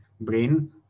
brain